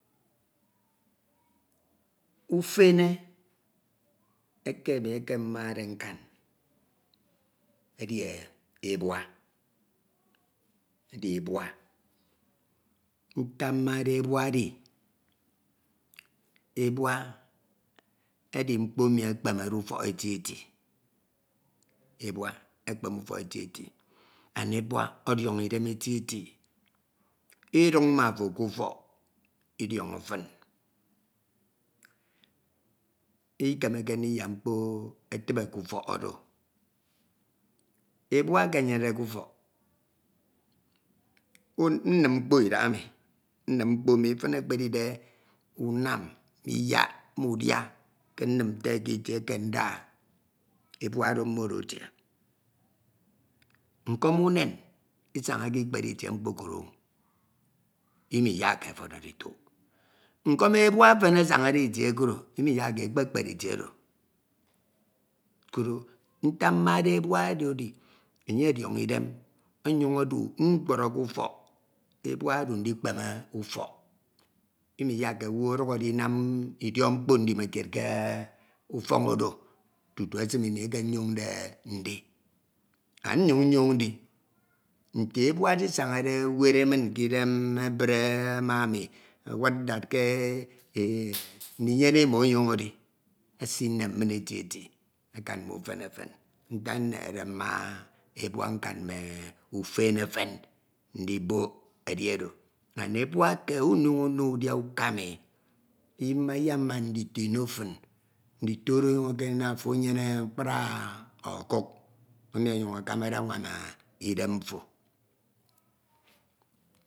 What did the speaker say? Ufene eke ami eke mmade nkan edi ebua edi ebua ntak mmade ebua edi ebua edi mkpo emi ekpemede ufọk eti eti and ebua ọdiọñọi idem eti eti iduñ ma ofo kufọm idiọnọ fin ikemeke ndinyak mkpo etibe ƙufọk oro ebua eke enyenede kafọk nnim mkpo idahaemi nnim mkpo mi ifin ekedide unam me iyak me udia ke nnim nte ketie eke ndaha ebuaoro mmodo etie nkom unem isañake ikpere itie mkpokro o, imiyakke ofo edi edituk nkọm ebua efen asaña edi itie okro imiyakke e ekpekpere itie okro koro ntak mmade ebua oro edi enye ọdiọñọ idem ọnyañ odu ñwọrọ ƙufọk ebua ork odu ekpeme ufọk imiyakke owu ọduk edinam idiọk mkpo ndimekied ke e ufọk oro tutu esin ini eke nyoñde ndi and nyañ nyoñ ndi nte ebua asisañade ewere min ƙidem ebre ma ami awud that ke e ndinyere emo ọyañ edj esinem min eti eti aka mm'ufene Eden ntak nnehede mma ebua nkan mme ufene ndibok edi oro ebua eke nnyañ uno e udia ukama e ima iyaman ndito ino fin ndito oro ọnyañ ekeme ndinam afo enyene mkpri ọkuk dmi ọnyañ akamade anwam idem mfo.